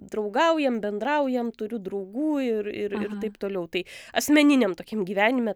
draugaujam bendraujam turiu draugų ir ir ir taip toliau tai asmeniniam tokiam gyvenime